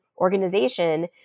organization